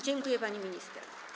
Dziękuję, pani minister.